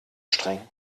streng